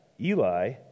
Eli